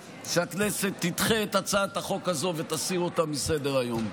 שהכנסת תדחה את הצעת החוק הזאת ותסיר אותה מסדר-היום.